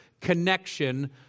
connection